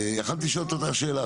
ויכולתי לשאול את אותה שאלה.